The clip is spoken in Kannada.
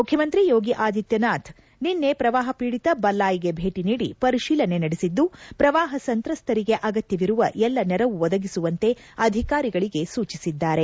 ಮುಖ್ಯಮಂತ್ರಿ ಯೋಗಿ ಆದಿತ್ತನಾಥ್ ನಿನ್ನೆ ಪ್ರವಾಪ ಪೀಡಿತ ಬಲ್ಲಾಯ್ಗೆ ಭೇಟಿ ನೀಡಿ ಪರಿಶೀಲನೆ ನಡೆಸಿದ್ದು ಪ್ರವಾಪ ಸಂತ್ರಸ್ತರಿಗೆ ಅಗತ್ಯವಿರುವ ಎಲ್ಲ ನೆರವು ಒದಗಿಸುವಂತೆ ಅಧಿಕಾರಿಗಳಿಗೆ ಸೂಚಿಸಿದ್ದಾರೆ